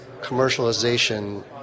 commercialization